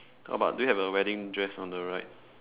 how about do you have a wedding dress on the right